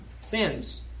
sins